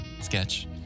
sketch